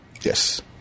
Yes